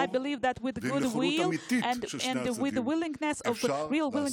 שהוא חשוב לעתיד המדינה שלנו וחשוב לעתיד הדמוקרטיה שלנו.